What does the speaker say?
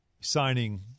signing